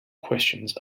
questions